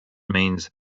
means